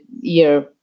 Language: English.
year